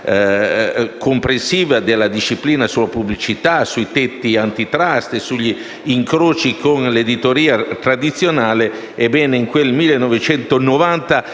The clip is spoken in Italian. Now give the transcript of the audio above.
Grazie,